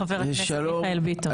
חבר הכנסת מיכאל ביטון.